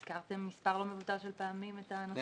הזכרתם מס' לא מבוטל של פעמים את הנושא התחבורתי.